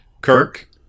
Kirk